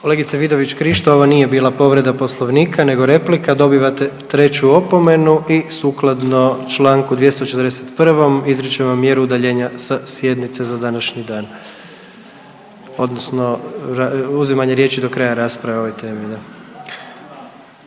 Kolegice Vidović Krišto ovo nije bila povreda poslovnika nego replika dobivate treću opomenu i sukladno čl. 241. izričem vam mjeru udaljenja sa sjednice za današnji dan odnosno uzimanje riječi do kraja rasprave o ovoj temi